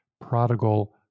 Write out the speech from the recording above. Prodigal